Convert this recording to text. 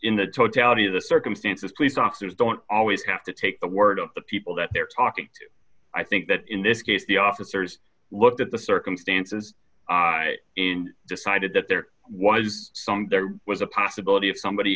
of the circumstances police officers don't always have to take the word of the people that they're talking to i think that in this case the officers looked at the circumstances in decided that there was some there was a possibility of somebody